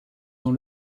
dans